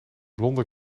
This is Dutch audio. blonde